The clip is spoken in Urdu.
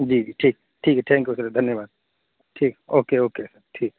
جی جی ٹھیک ٹھیک ہے تھینک یو سر دھنیہ واد ٹھیک اوکے اوکے ٹھیک